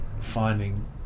finding